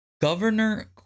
Governor